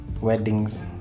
weddings